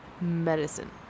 Medicine